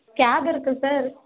gap இருக்கு sir